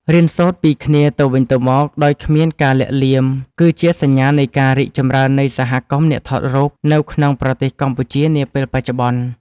រៀនសូត្រពីគ្នាទៅវិញទៅមកដោយគ្មានការលាក់លៀមគឺជាសញ្ញានៃការរីកចម្រើននៃសហគមន៍អ្នកថតរូបនៅក្នុងប្រទេសកម្ពុជានាពេលបច្ចុប្បន្ន។